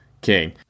king